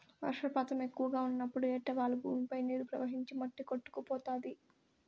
వర్షపాతం ఎక్కువగా ఉన్నప్పుడు ఏటవాలు భూమిపై నీరు ప్రవహించి మట్టి కొట్టుకుపోతాది